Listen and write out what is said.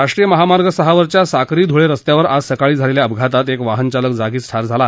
राष्ट्रीय महामार्ग सहावरच्या साक्री धुळे रस्त्यावर आज सकाळी झालेल्या अपघातात एक वाहन चालक जागीच ठार झाला